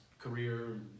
career